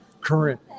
current